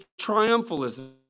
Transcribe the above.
triumphalism